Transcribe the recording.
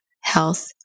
health